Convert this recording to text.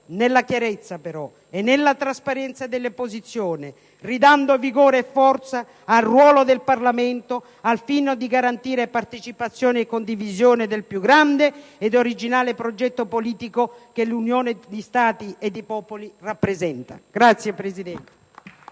nella chiarezza però e nella trasparenza delle posizioni, ridando vigore e forza al ruolo del Parlamento al fine di garantire partecipazione e condivisione del più grande ed originale progetto politico che l'unione di Stati e di popoli rappresenta. *(Applausi